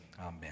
amen